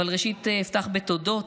אבל ראשית אפתח בתודות.